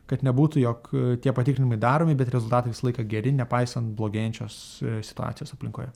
kad nebūtų jog tie patikrinimai daromi bet rezultatai visą laiką geri nepaisant blogėjančios situacijos aplinkoje